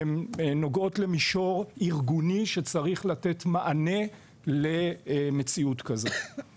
הן נוגעות למישור ארגוני שצריך לתת מענה למציאות כזו.